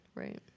Right